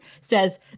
says